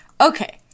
Okay